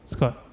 Scott